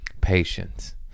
Patience